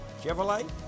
Chevrolet